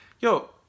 Yo